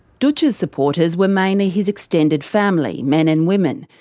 dootch's supporters were mainly his extended family, men and women.